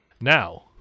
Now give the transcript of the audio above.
Now